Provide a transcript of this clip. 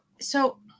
So-